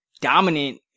dominant